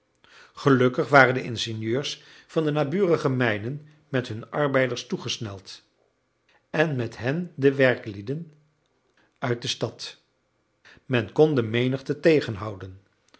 gelukkig waren de ingenieurs van de naburige mijnen met hun arbeiders toegesneld en met hen de werklieden uit de stad men kon de menigte tegenhouden